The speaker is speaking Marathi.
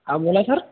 हा बोला सर